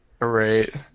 Right